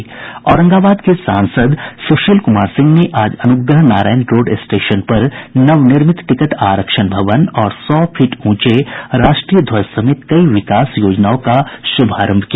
औरंगाबाद के सांसद सुशील कुमार सिंह ने आज अनुग्रह नारायण रोड स्टेशन पर नवनिर्मित टिकट आरक्षण भवन और सौ फीट ऊंचे राष्ट्रीय ध्वज समेत कई विकास योजनाओं का श्रभारंभ किया